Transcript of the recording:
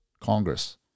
Congress